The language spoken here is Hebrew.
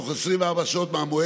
טוב שאתה בכושר.